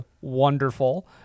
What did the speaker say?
wonderful